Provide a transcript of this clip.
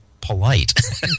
polite